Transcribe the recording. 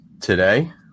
today